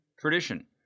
Tradition